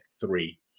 three